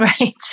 Right